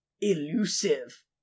elusive